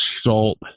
salt